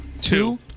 Two